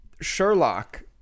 sherlock